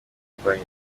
umurwayi